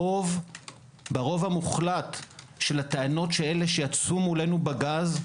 ברוב המוחלט של הטענות של אלה שיצאו מולנו בגז,